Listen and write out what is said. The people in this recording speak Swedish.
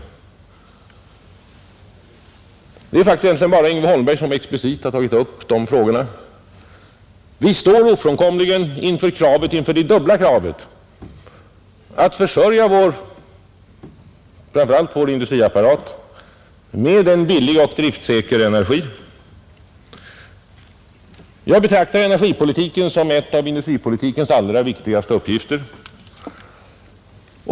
Det är faktiskt bara herr Yngve Holmberg som explicit har tagit upp detta problem. Vi står ofrånkomligt inför kravet att försörja framför allt vår industriapparat med en billig och driftsäker energi. Jag betraktar energipolitiken som en av industripolitikens allra viktigaste delar.